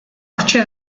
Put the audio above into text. hortxe